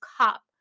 cup